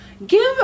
Give